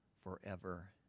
forever